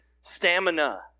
stamina